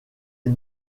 est